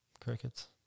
crickets